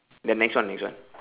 the next one next one